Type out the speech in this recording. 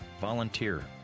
volunteer